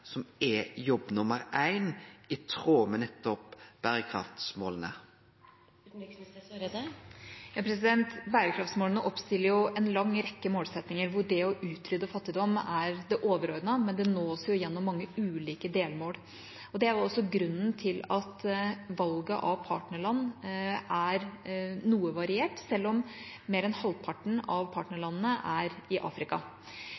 som er jobb nr. éin, i tråd med nettopp berekraftsmåla? Bærekraftsmålene oppstiller en lang rekke målsettinger, hvor det å utrydde fattigdom er det overordnede, men det nås gjennom mange ulike delmål. Det er også grunnen til at valget av partnerland er noe variert, selv om mer enn halvparten av partnerlandene er i Afrika.